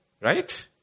right